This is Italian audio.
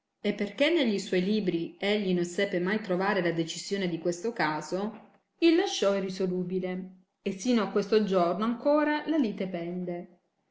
e perchè negli suoi libri egli non seppe mai trovare la decisione di questo caso il lasciò irresolubile e sino a questo giorno ancora la lite pende